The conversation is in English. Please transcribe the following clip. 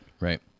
right